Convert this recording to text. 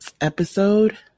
episode